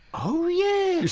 oh yeah! see,